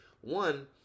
one